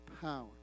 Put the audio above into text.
power